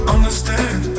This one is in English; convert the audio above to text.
Understand